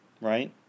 right